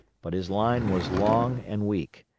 but his line was long and weak,